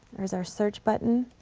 here's our search button.